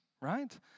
right